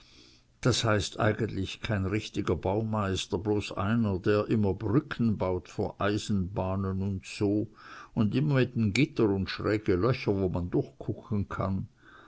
das heißt eigentlich kein richtiger baumeister bloß einer der immer brücken baut vor eisenbahnen un so un immer mit'n gitter un schräge löcher wo man durchkucken kann